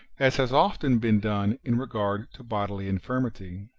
as has often been done in regard to bodily infirmity.